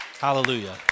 Hallelujah